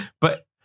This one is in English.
But-